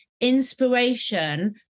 inspiration